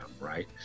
right